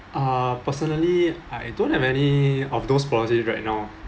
uh personally I don't have any of those policies right now